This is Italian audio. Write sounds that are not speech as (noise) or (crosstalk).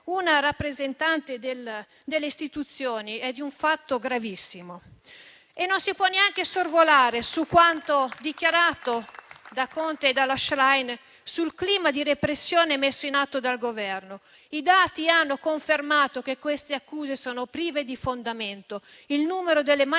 una rappresentante delle istituzioni è gravissimo. (applause) Non si può neanche sorvolare su quanto dichiarato da Conte e dalla Schlein sul clima di repressione messo in atto dal Governo. I dati hanno confermato che queste accuse sono prive di fondamento: il numero delle manifestazioni